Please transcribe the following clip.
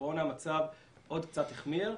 בקורונה המצב עוד קצת החמיר,